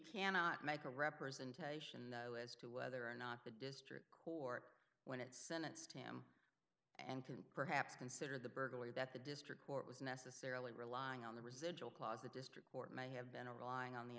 cannot make a representation though as to whether or not the district court when it sentenced him to perhaps consider the burglary that the district court was necessarily relying on the residual clause the district court may have been relying on the